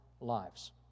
lives